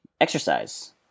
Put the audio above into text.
exercise